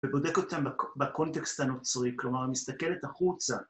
‫ובודק אותם בקונטקסט הנוצרי, ‫כלומר, מסתכלת החוצה.